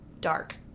dark